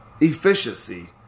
efficiency